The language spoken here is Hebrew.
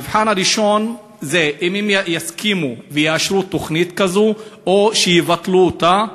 המבחן הראשון זה אם הם יסכימו ויאשרו תוכנית כזאת או יבטלו אותה.